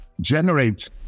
generate